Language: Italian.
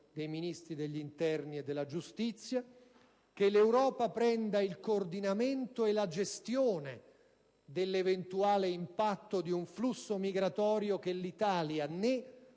dei Ministri dell'interno e della giustizia - prenda il coordinamento e la gestione dell'eventuale impatto di un flusso migratorio che né l'Italia né